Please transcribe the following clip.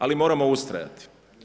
Ali moramo ustrajati.